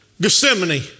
Gethsemane